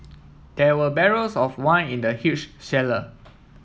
there were barrels of wine in the huge cellar